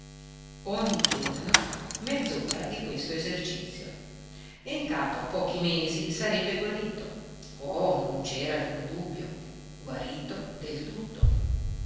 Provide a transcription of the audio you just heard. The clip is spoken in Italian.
ogni giorno mezz'ora di questo esercizio e in capo a pochi mesi sarebbe guarito oh non c'era alcun dubbio guarito del tutto